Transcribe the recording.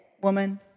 woman